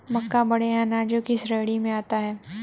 मक्का बड़े अनाजों की श्रेणी में आता है